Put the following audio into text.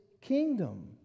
kingdom